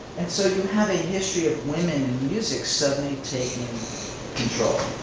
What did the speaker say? and so you have a history of women in music suddenly taking control.